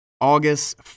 August